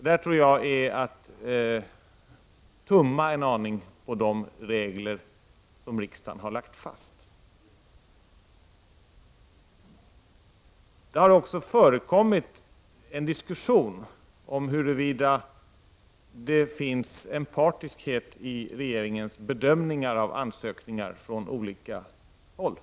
Detta tror jag är att tumma en aning på de regler som riksdagen har lagt fast. Det har också förekommit en diskussion om huruvida det finns en partiskhet i regeringens bedömningar av ansökningar från olika håll.